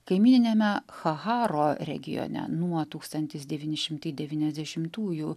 kaimyniniame chaharo regione nuo tūkstantis devyni šimtai devyniasdešimtųjų